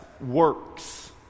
works